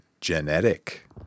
Genetic